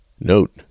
Note